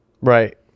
Right